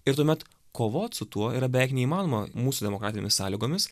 ir tuomet kovot su tuo yra beveik neįmanoma mūsų demokratinėmis sąlygomis